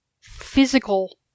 physical